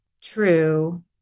true